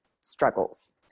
struggles